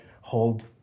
hold